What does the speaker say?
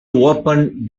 open